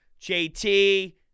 JT